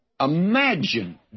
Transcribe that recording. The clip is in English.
Imagine